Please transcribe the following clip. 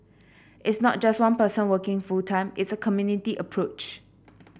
it's not just one person working full time it's a community approach